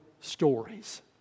stories